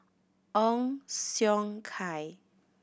Ong Siong Kai